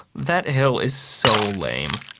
that hill is so lame,